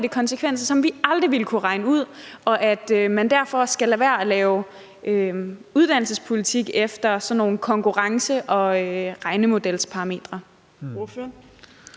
konsekvenser, som vi aldrig ville kunne regne ud, og at man derfor skal lade være med at lave uddannelsespolitik efter sådan nogle konkurrence- og regnemodelsparametre.